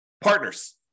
Partners